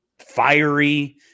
fiery